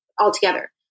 altogether